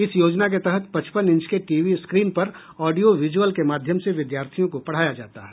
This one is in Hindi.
इस योजना के तहत पचपन इंच के टीवी स्क्रीन पर ऑडियो विज़ुअल के माध्यम से विद्यार्थियों को पढ़ाया जाता है